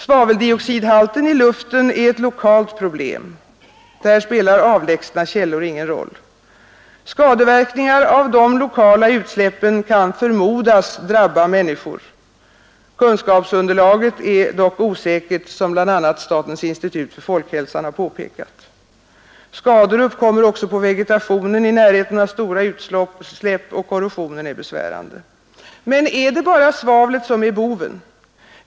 Svaveldioxidhalten i luften är ett lokalt problem — avlägsna källor spelar här ingen roll. Skadeverkningar av dessa lokala utsläpp kan förmodas drabba människor — kunskapsunderlaget är dock osäkert, som bl.a. statens institut för folkhälsan påpekat. Skador uppkommer också på vegetationen i närheten av stora utsläpp och korrosionen är besvärande. Men är det bara svavlet som är boven?